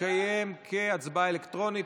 תתקיים כהצבעה אלקטרונית.